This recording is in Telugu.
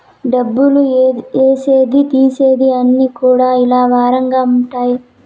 డబ్బులు ఏసేది తీసేది అన్ని కూడా ఇలా వారంగా ఉంటాయి